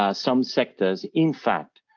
ah some sectors, in fact,